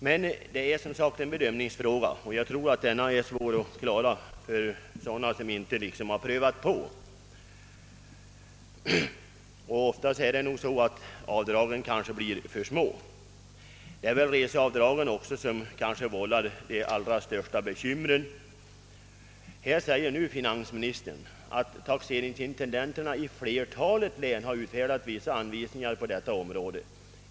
Detta är emellertid en bedömningsfråga, som är svår att avgöra för dem som inte själva prövat att ha dubbel bosättning, och oftast blir avdragen därför för små. Framför allt är det resebidragen som vållar de största bekymren. Finansministern säger i svaret: »Taxeringsintendenterna i flertalet län har utfärdat vissa anvisningar på detta område.